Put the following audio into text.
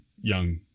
young